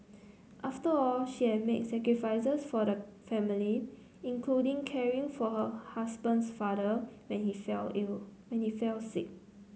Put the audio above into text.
after all she had made sacrifices for the family including caring for her husband's father when he fell ill when he fell sick